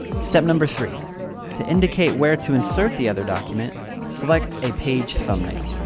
step number three to indicate where to insert the other document select a page thumbnail.